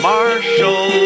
Marshall